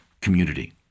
community